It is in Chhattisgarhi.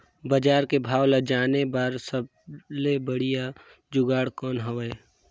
बजार के भाव ला जाने बार सबले बढ़िया जुगाड़ कौन हवय?